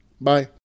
Bye